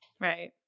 right